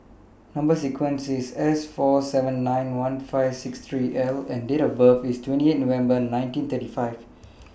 Number sequence IS S four seven nine one five six three L and Date of birth IS twenty eight November nineteen thirty five